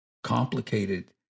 Complicated